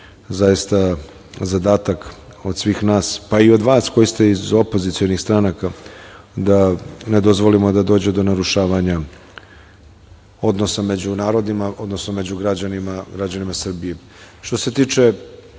zaista zadatak od svih nas, pa i od vas koji ste iz opozicionih stranaka da ne dozvolimo da dođe do narušavanja odnosa među narodima, odnosno među građanima Srbije. Što se tiče